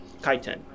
kaiten